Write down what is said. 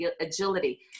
agility